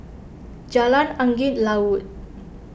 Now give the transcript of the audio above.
Jalan Angin Laut